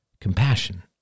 compassion